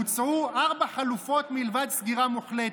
הוצעו ארבע חלופות מלבד סגירה מוחלטת,